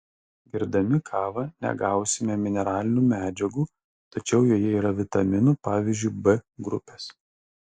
gerdami kavą negausime mineralinių medžiagų tačiau joje yra vitaminų pavyzdžiui b grupės